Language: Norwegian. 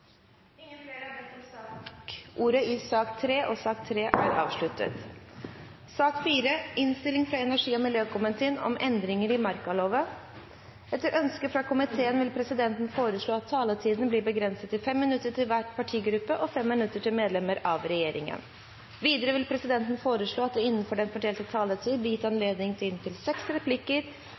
har ikke bedt om ordet til sak nr. 3. Etter ønske fra energi- og miljøkomiteen vil presidenten foreslå at taletiden blir begrenset til 5 minutter til hver partigruppe og 5 minutter til medlemmer av regjeringen. Videre vil presidenten foreslå at det – innenfor den fordelte taletid – blir gitt anledning til seks replikker